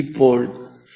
ഇപ്പോൾ സി